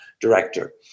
director